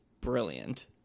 brilliant